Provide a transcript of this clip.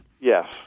Yes